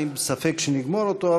אני בספק אם נגמור אותו.